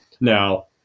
Now